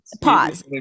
Pause